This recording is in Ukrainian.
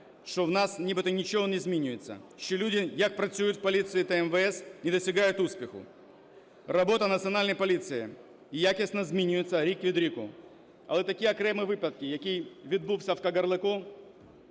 що в нас нібито нічого не змінюється, що люди, які працюють в поліції та МВС, не досягають успіху. Робота Національної поліції якісно змінюється рік від року. Але такі окремі випадки, який відбувся в Кагарлику,